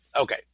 Okay